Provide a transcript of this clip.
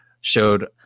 showed